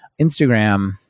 Instagram